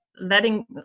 letting